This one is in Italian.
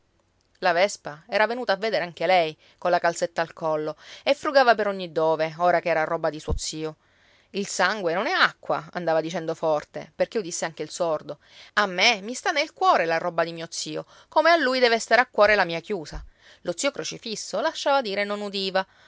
la vespa era venuta a vedere anche lei colla calzetta al collo e frugava per ogni dove ora che era roba di suo zio il sangue non è acqua andava dicendo forte perché udisse anche il sordo a me mi sta nel cuore la roba di mio zio come a lui deve stare a cuore la mia chiusa lo zio crocifisso lasciava dire e non udiva